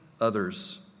others